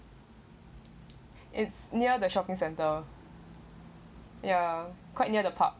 it's near the shopping center ya quite near the park